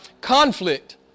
conflict